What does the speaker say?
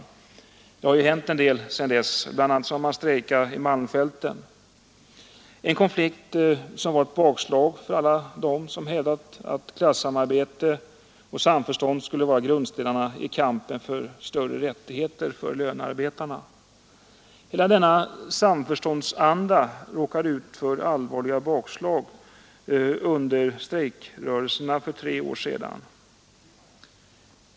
Det har ju hänt en del sedan dess. Bl. a. har man strejkat i malmfälten, en konflikt som var ett bakslag för alla dem som hävdat att klassamarbete och samförstånd skulle vara grundpelarna i kampen för större rättigheter för lönearbetarna. Hela denna sam förståndsanda råkade ut för allvarliga bakslag under strejkrörelserna för tre år sedan.